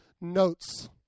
notes